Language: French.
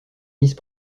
miss